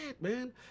man